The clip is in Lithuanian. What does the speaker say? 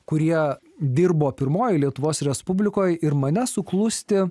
kurie dirbo pirmoj lietuvos respublikoj ir mane suklusti